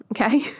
okay